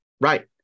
Right